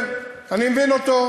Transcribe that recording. אני מבין את זה,